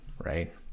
right